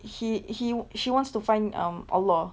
he he she wants to find um allah